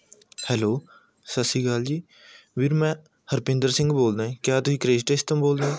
hello Sat Sri Akal ਜੀ ਵੀਰ ਮੈਂ ਹਰਪਿੰਦਰ ਸਿੰਘ ਬੋਲਦਾ ਜੀ ਕਯਾ ਤੁਸੀਂ ਕਰੇਸਟੈਸ ਤੋਂ ਬੋਲਦੇ ਹੋ